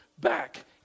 back